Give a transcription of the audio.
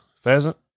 Pheasant